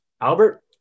albert